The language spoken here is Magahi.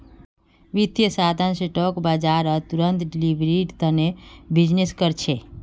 वित्तीय साधन स्पॉट बाजारत तुरंत डिलीवरीर तने बीजनिस् कर छे